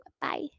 Bye